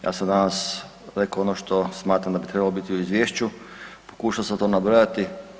Ja sam danas reko ono što smatram da bi trebalo biti u izvješću, pokušao sam to nabrojati.